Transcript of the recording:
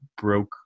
broke